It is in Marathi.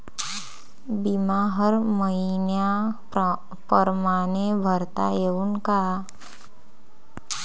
बिमा हर मइन्या परमाने भरता येऊन का?